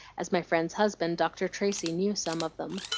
as my friend's husband, dr. tracy, knew some of them,